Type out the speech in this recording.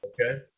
Okay